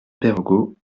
perregaux